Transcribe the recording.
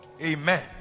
Amen